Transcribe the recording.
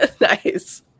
Nice